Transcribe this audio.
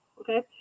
Okay